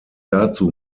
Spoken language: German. dazu